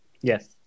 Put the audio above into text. Yes